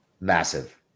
massive